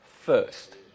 first